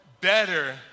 Better